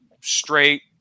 straight